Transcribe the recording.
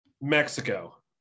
Mexico